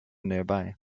nearby